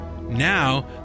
Now